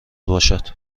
باشد